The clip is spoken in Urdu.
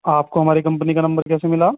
آپ کو ہماری کمپنی کا نمبر کیسے ملا